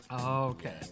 Okay